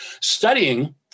studying